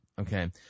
Okay